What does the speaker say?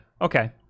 Okay